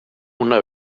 una